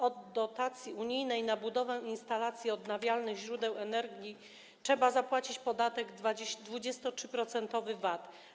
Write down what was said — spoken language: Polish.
Od dotacji unijnej na budowę instalacji odnawialnych źródeł energii trzeba zapłacić podatek, 23-procentowy VAT.